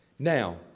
Now